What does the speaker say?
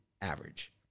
average